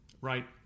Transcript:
right